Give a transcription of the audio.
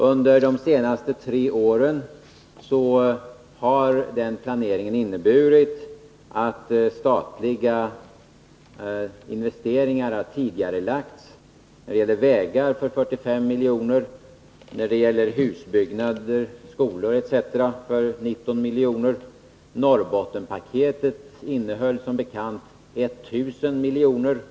Under de senaste tre åren har den planeringen inneburit att statliga investeringar har tidigarelagts när det gäller vägar för 45 milj.kr. och när det gäller husbyggnader, skolor etc. för 19 milj.kr. Norrbottenspaketet innehöll som bekant 1 000 milj.kr.